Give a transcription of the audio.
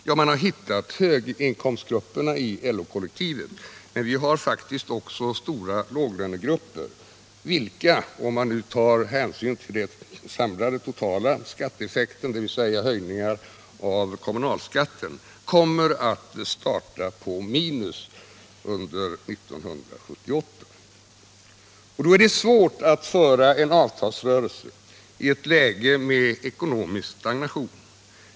Ja, man har hittat höginkomstgrupperna i LO-kollektivet, men vi har faktiskt också stora låglönegrupper, vilka — om man nu tar hänsyn till den totala skatteeffekten, dvs. inkl. höjningarna av kommunalskatten — kommer att starta på minus under 1978. Det är svårt att föra en avtalsrörelse i ett läge med ekonomisk stagnation.